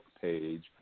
page